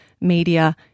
media